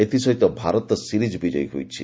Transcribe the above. ଏଥିସହିତ ଭାରତ ସିରିଜ୍ ବିଜୟୀ ହୋଇଛି